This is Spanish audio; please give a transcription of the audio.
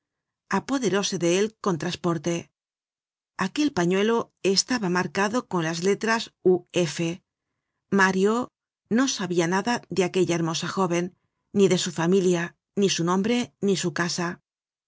perfumes apoderóse de él con trasporte aquel pañuelo estaba marcado con las letras u f mario no sabia nada de aquella hermosa jóven ni de su familia ni su nombre ni su casa